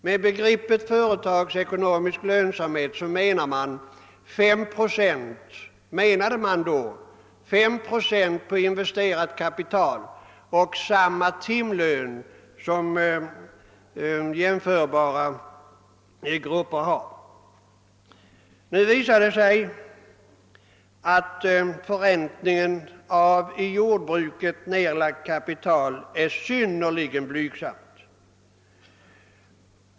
Med begreppet företagsekonomisk lönsamhet menade man då 35 procent på investerat kapital och samma timlön för jordbrukarna som jämförbara grupper. Nu har det visat sig att förräntningen på i jordbruket nedlagt kapital är synnerligen blygsam.